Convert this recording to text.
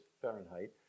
fahrenheit